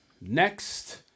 next